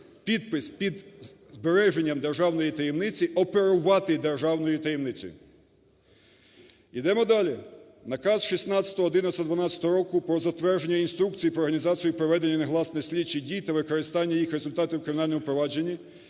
підпис під збереженням державної таємниці, оперувати державною таємницею. Ідемо далі. Наказ 16.11.12 року про затвердження інструкції про організацію проведення негласних слідчих дій та використання їх результатів в кримінальному провадженні,